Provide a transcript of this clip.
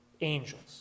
angels